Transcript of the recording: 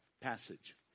passage